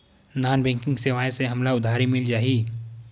Non banking सेवाएं से हमला उधारी मिल जाहि?